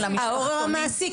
המשפחתונים --- ההורה הוא המעסיק.